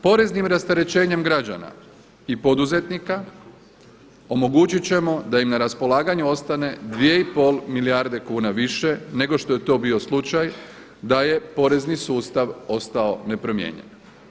Poreznim rasterećenjem građana i poduzetnika omogućit ćemo da im na raspolaganju ostane 2,5 milijarde kuna više nego što je to bio slučaj da je porezni sustav ostao nepromijenjen.